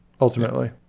ultimately